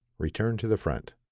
return to the front.